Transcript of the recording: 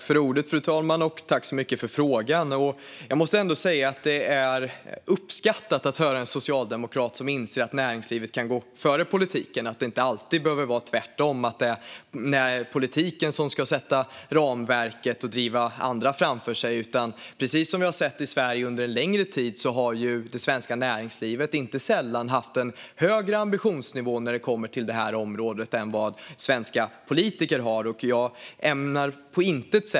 Fru talman! Tack så mycket för frågan! Det är uppskattat att höra en socialdemokrat som inser att näringslivet kan gå före politiken och att det inte alltid behöver vara tvärtom så att politiken ska sätta ramverket och driva andra framför sig. Precis som vi har sett i Sverige under en längre tid har det svenska näringslivet inte sällan haft en högre ambitionsnivå på detta område än vad svenska politiker har.